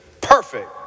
perfect